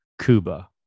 Cuba